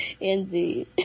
Indeed